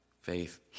faith